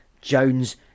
Jones